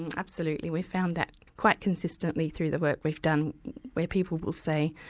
and absolutely. we found that quite consistently through the work we've done where people will say,